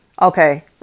okay